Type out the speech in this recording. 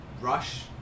rush